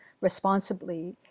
responsibly